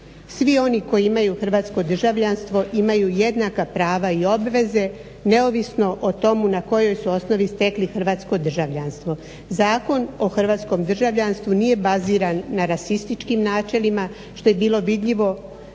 Svi oni koji imaju hrvatsko državljanstvo imaju jednaka prava i obveze neovisno o tomu na kojoj su osnovi stekli hrvatsko državljanstvo. Zakon o hrvatskom državljanstvu nije baziran na rasističkim načelima što je bilo vidljivo